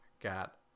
got